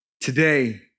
Today